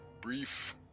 brief